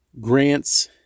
grants